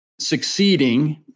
succeeding